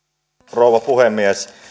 rouva puhemies